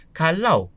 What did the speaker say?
kalau